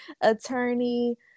attorney